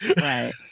Right